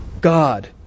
God